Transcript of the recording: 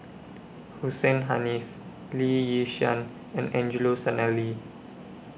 Hussein Haniff Lee Yi Shyan and Angelo Sanelli